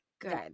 good